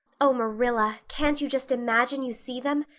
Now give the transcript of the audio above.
oh, marilla, can't you just imagine you see them?